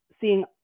seeing